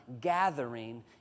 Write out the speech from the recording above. gathering